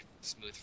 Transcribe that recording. smooth